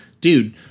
dude